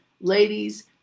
ladies